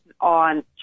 on